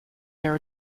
their